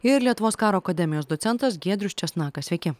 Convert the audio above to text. ir lietuvos karo akademijos docentas giedrius česnakas sveiki